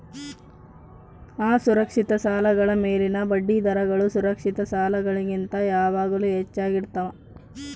ಅಸುರಕ್ಷಿತ ಸಾಲಗಳ ಮೇಲಿನ ಬಡ್ಡಿದರಗಳು ಸುರಕ್ಷಿತ ಸಾಲಗಳಿಗಿಂತ ಯಾವಾಗಲೂ ಹೆಚ್ಚಾಗಿರ್ತವ